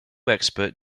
expert